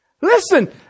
Listen